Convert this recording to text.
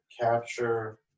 capture